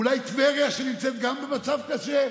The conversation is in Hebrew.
אולי טבריה, שנמצאת גם במצב קשה,